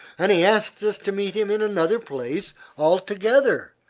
and he asks us to meet him in another place altogether,